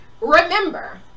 Remember